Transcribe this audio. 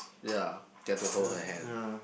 ya get to hold her hand